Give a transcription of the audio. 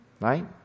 right